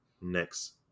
next